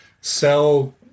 sell